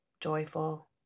joyful